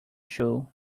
shoe